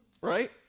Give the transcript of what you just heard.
Right